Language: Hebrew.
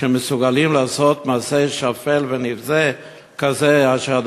שמסוגלים לעשות מעשה שפל ונבזה כזה אשר,